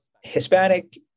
Hispanic